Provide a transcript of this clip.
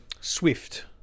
Swift